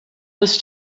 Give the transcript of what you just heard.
this